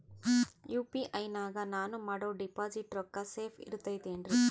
UPI ನಾಗ ನಾನು ಮಾಡೋ ಡಿಪಾಸಿಟ್ ರೊಕ್ಕ ಸೇಫ್ ಇರುತೈತೇನ್ರಿ?